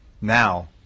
Now